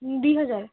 ଦୁଇ ହଜାର